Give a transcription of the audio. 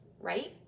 right